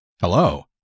Hello